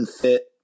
fit